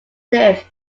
lived